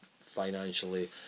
financially